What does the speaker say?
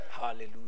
Hallelujah